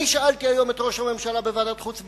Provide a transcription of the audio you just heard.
אני שאלתי היום את ראש הממשלה בוועדת החוץ והביטחון,